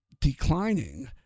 declining